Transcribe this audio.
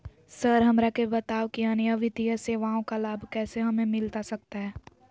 Sir हमरा के बताओ कि अन्य वित्तीय सेवाओं का लाभ कैसे हमें मिलता सकता है?